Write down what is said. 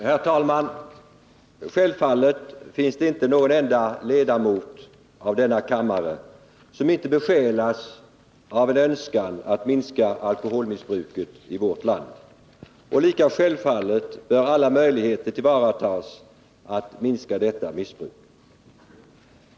Herr talman! Självfallet finns det inte någon enda ledamot av denna kammare som inte besjälas av en önskan att minska alkoholmissbruket i vårt land, och lika självfallet bör alla möjligheter tillvaratas att minska detta missbruk.